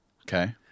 Okay